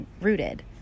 rooted